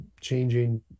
changing